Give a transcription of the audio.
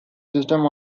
system